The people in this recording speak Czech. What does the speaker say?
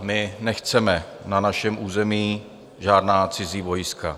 My nechceme na našem území žádná cizí vojska.